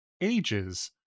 ages